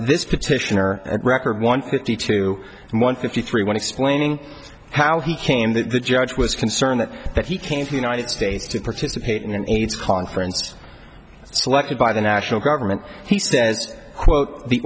this petition or at record one fifty two one fifty three when explaining how he came the judge was concerned that he came to the united states to participate in an aids conference selected by the national government he says quote the